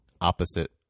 opposite